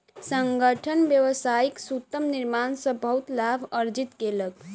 संगठन व्यावसायिक सूतक निर्माण सॅ बहुत लाभ अर्जित केलक